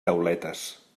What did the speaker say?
tauletes